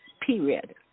Period